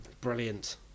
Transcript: brilliant